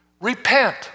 repent